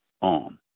on